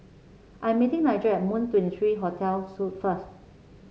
I'm meeting Nigel at Moon Twenty three Hotel first